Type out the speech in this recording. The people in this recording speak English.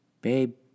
Babe